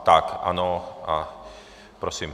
Tak, ano a prosím.